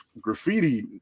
graffiti